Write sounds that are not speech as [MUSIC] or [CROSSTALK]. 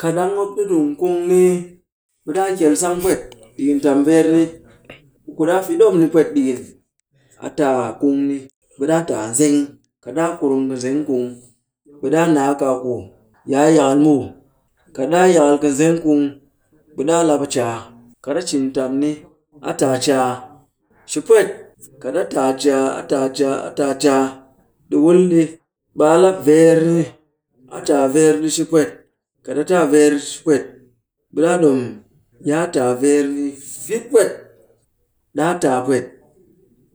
kat ɗang mop ɗi nung kung ni, b'e ɗaa kyel sang pwet ɗikin tam veer ni. kuku ɗaa fi dom ni pwet. ɗikin, a taa kung ni. Ɓe ɗaa taa a nzeng. Kat ɗaa kurum kɨ nzeng kung, ɓe ɗaa naa kaaku yi a yakal muw. Kat ɗaa yakal kɨ nzeng kung, ɓe ɗaa lap a caa. Kat a cin tam ni, a taa caa [NOISE] shi pwet. Kat a taa caa, a taa caa, a taa caa, ɗi wul ɗi, ɓe a lap veer ni. A taa veer ɗi shi pwet. Kat a taa veer ɗi shi pwet, ɓe ɗaa ɗom yi a taa veer ni vit pwet. Ɗaa taa pwet.